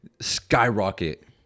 skyrocket